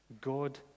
God